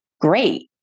Great